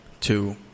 two